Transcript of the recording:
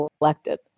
elected